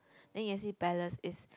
then Yan Xi-Palace is